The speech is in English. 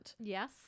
Yes